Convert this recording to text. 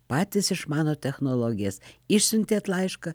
patys išmanot technologijas išsiuntėt laišką